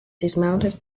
dismounted